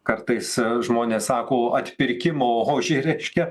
kartais žmonės sako atpirkimo ožį reiškia